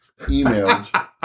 emailed